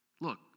Look